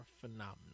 phenomenal